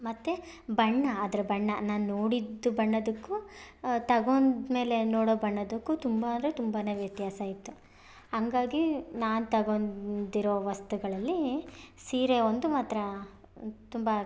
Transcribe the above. ಮತ್ತೆ ಬಣ್ಣ ಅದ್ರ ಬಣ್ಣ ನಾನು ನೋಡಿದ್ದು ಬಣ್ಣದ್ದುಕ್ಕು ತಗೊಂಡಮೇಲೆ ನೋಡೊ ಬಣ್ಣದ್ದುಕ್ಕು ತುಂಬ ಅಂದರೆ ತುಂಬ ವ್ಯತ್ಯಾಸ ಇತ್ತು ಹಂಗಾಗಿ ನಾನು ತಗೊಂಡಿರೊ ವಸ್ತುಗಳಲ್ಲಿ ಸೀರೆ ಒಂದು ಮಾತ್ರ ತುಂಬ